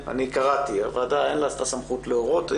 לוועדה אין את הסמכות להורות.